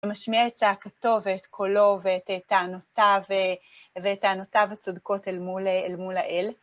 הוא משמיע את צעקתו ואת קולו ואת טענותיו ו.. וטענותיו הצודקות אל מול האל.